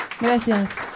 Gracias